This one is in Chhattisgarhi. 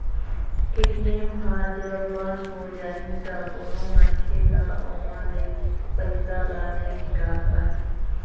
ए.टी.एम ह जब बंद हो जाही त कोनो मनखे ह ओमा ले पइसा ल नइ निकाल पाही